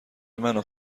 منو